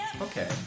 okay